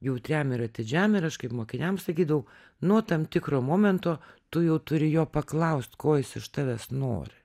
jautriam ir atidžiam ir aš kaip mokiniam sakydavau nuo tam tikro momento tu jau turi jo paklaust ko jis iš tavęs nori